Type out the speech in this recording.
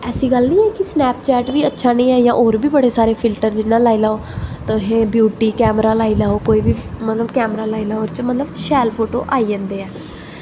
ऐसा गल्ल निं ऐ कि स्नैपचैट अच्छा निं ऐ जां होर बी बड़े सारे फिल्टर जि'यां लाई लैओ तुसें ब्यूटी कैमरा लाई लैओ कोई बी मतलब कैमरा लाई लैओ ओह्दे च मतलब शैल फोटो आई जंदे ऐ